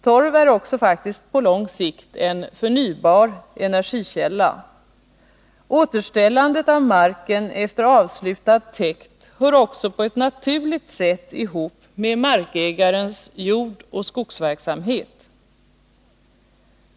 Torv är också faktiskt på lång sikt en förnybar energikälla. Återställandet av marken efter avslutad täkt hör vidare på ett naturligt sätt ihop med markägarens jordoch skogsverksamhet.